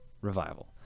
Revival